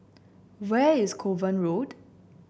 where is Kovan Road